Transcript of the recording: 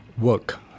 work